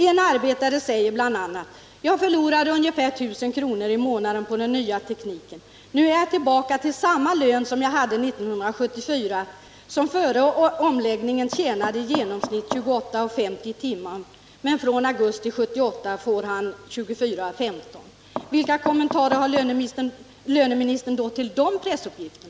En arbetare säger bl.a.: ”Jag förlorade ungefär 1 000 kr. i månaden på den nya tekniken. Nu är jag tillbaka på samma lön som jag hade 1974.” Före omläggningen tjänade denne arbetare i genomsnitt 28:50 kr.i timmen, men från augusti 1978 får han 24:15 kr. Vilka kommentarer har löneministern till dessa pressuppgifter?